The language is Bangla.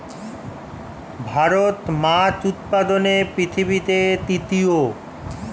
ভারত মাছ উৎপাদনে পৃথিবীতে তৃতীয়